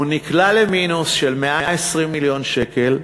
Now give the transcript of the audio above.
הוא נקלע למינוס של 120 מיליון שקל.